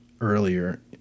earlier